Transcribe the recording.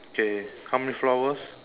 K how many flowers